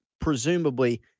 presumably